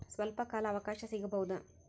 ಸ್ವಲ್ಪ ಕಾಲ ಅವಕಾಶ ಸಿಗಬಹುದಾ?